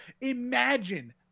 Imagine